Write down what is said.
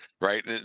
right